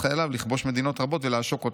חייליו לכבוש מדינות רבות ולעשוק אותן.